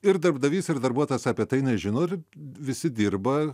ir darbdavys ir darbuotojas apie tai nežino ir visi dirba